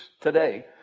today